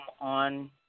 on